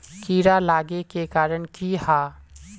कीड़ा लागे के कारण की हाँ?